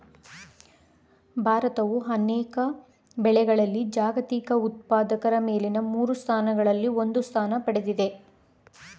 ಭಾರತವು ಅನೇಕ ಬೆಳೆಗಳಲ್ಲಿ ಜಾಗತಿಕ ಉತ್ಪಾದಕರ ಮೇಲಿನ ಮೂರು ಸ್ಥಾನಗಳಲ್ಲಿ ಒಂದು ಸ್ಥಾನ ಪಡೆದಿದೆ